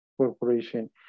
corporation